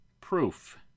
proof